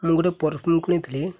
ମୁଁ ଗୋଟେ ପରଫ୍ୟୁମ୍ କିଣିଥିଲି